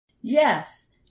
Yes